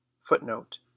Footnote